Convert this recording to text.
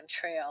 Trail